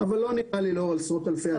אבל לא נראה לי שאתה מודע לכול אותן אצוות.